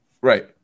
Right